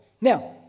Now